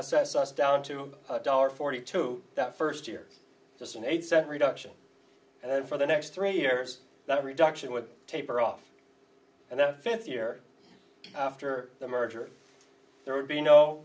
assess us down to a dollar forty two that first year just an eight cent reduction and then for the next three years that reduction would taper off and that fifth year after the merger there would be no